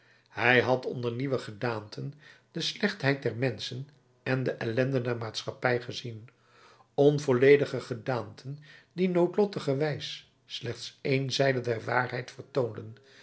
hij had onder nieuwe gedaanten de slechtheid der menschen en de ellende der maatschappij gezien onvolledige gedaanten die noodlottigerwijs slechts één zijde der waarheid vertoonden